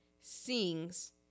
sings